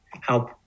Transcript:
help